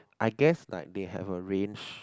I guess like they have the range